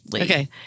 Okay